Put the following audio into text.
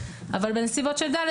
אבל בנסיבות של (ד),